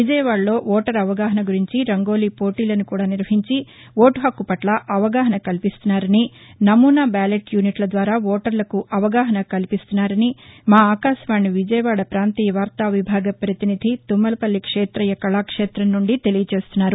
విజయవాడలో ఓటరు అవగాహన గురించి రంగోలీ పోటీలను కూడా నిర్వహించి ఓటు హక్కు పట్ల అవగాహన కల్పిస్తున్నారని నమూనా బ్యాలెట్ యూనిట్ల ద్వారా ఓటర్లకు అవగాహన కల్పిస్తున్నారని మా ఆకాశవాణి విజయవాడ ప్రాంతీయ వార్తా విభాగ ప్రతినిధి తుమ్మలపల్లి క్ష్మేతయ్య కళాక్ష్మేతం నుండి తెలియజేస్తున్నారు